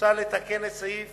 מוצע לתקן את סעיף